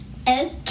Okay